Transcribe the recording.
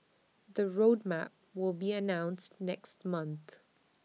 the road map will be announced next month